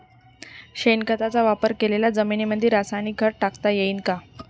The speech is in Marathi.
शेणखताचा वापर केलेल्या जमीनीमंदी रासायनिक खत टाकता येईन का?